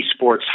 eSports